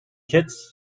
kids